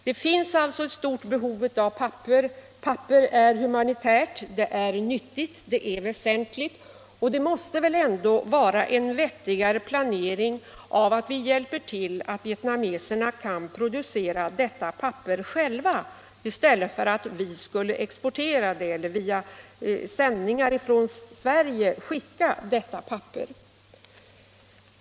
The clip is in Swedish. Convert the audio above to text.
Den finns alltså ett stort behov av papper, att ge papper är humanitärt, det är nyttigt och väsentligt. Då måste det väl ändå vara en vettigare planering att vi hjälper till så att vietnameserna kan producera detta papper själva i stället för att vi skulle exportera papperet och alltså skicka det från Sverige.